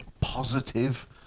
positive